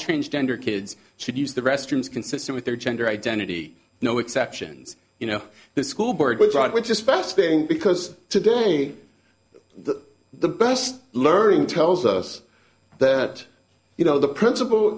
change gender kids should use the restrooms consistent with their gender identity no exceptions you know the school board withdraw which is first thing because today the best learning tells us that you know the principal